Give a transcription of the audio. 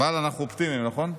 אבל אנחנו אופטימיים, נכון?